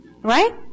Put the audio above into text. Right